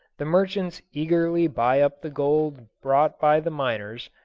the merchants eagerly buy up the gold brought by the miners,